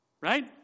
Right